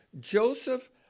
Joseph